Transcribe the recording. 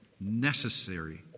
necessary